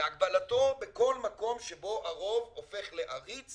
והגבלתו, בכל מקום שבו הרוב הופך לעריץ